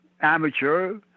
amateur